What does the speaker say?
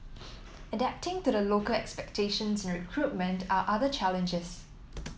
adapting to the local expectations and recruitment are other challenges